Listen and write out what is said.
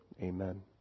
Amen